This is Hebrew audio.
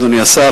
אדוני השר,